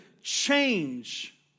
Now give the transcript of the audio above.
change